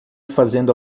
fazendo